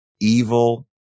evil